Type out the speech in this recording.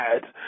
Bad